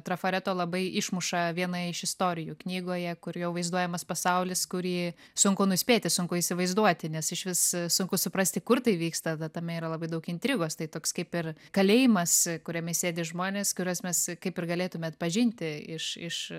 trafareto labai išmuša viena iš istorijų knygoje kur jau vaizduojamas pasaulis kurį sunku nuspėti sunku įsivaizduoti nes išvis sunku suprasti kur tai vyksta ta tame yra labai daug intrigos tai toks kaip ir kalėjimas kuriame sėdi žmonės kuriuos mes kaip ir galėtume atpažinti iš iš